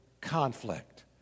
conflict